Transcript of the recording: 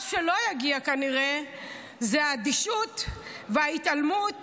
מה שכנראה לא יגיע זה האדישות וההתעלמות